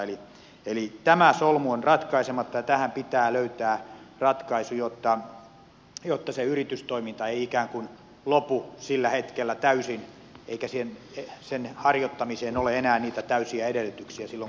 eli tämä solmu on ratkaisematta ja tähän pitää löytää ratkaisu jotta se yritystoiminta ei ikään kuin lopu sillä hetkellä täysin eikä sen harjoittamiseen ole enää niitä täysiä edellytyksiä silloin kun työttömyysturvan piiriin tullaan